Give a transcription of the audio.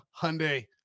Hyundai